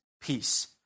peace